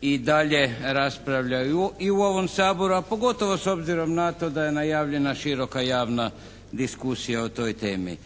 i dalje raspravlja i u ovom Saboru, a pogotovo s obzirom na to da je najavljena široka javna diskusija o toj temi.